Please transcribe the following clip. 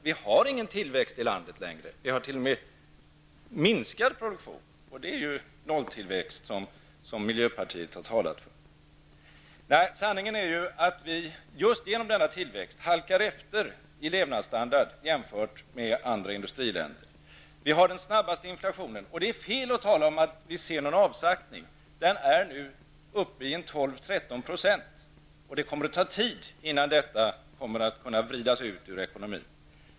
Vi har ingen tillväxt i landet längre. Vi har t.o.m. minskad produktion, och det är ju nolltillväxt som miljöpartiet har talat för. Det är ju just genom denna nolltillväxt som vi halkar efter i levnadsstandard jämfört med andra industriländer. Vi har den snabbaste inflationen, och det är fel att tala om att vi ser någon avsaktning. Den är nu uppe i 12--13 %, och det kommer att ta tid innan vi kan vrida ekonomin rätt igen.